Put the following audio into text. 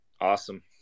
Awesome